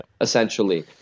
essentially